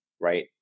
right